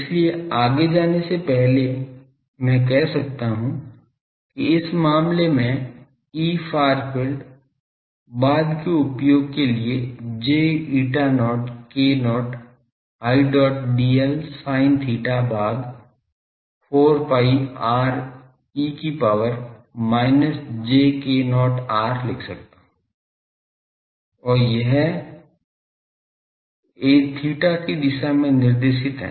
इसलिए आगे जाने से पहले मैं कह सकता हूं कि इस मामले में Efar field बाद के उपयोग के लिए j eta not k0 Idl sin theta भाग 4 pi r e की power minus j k0 r लिख सकता हूं और यह aθ की दिशा में निर्देशित है